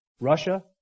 Russia